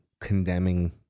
condemning